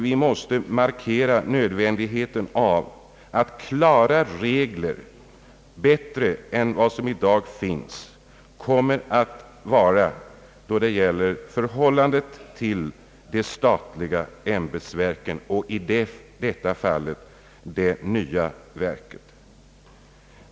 Vi måste markera nödvändigheten av att ha klara regler i större utsträckning än som i dag är fallet när det gäller förhållandet till de statliga ämbetsverken — i detta fall till det nya ämbetsverket.